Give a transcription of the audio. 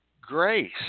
grace